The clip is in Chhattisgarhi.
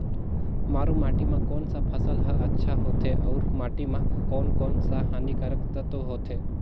मारू माटी मां कोन सा फसल ह अच्छा होथे अउर माटी म कोन कोन स हानिकारक तत्व होथे?